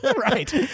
Right